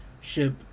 ship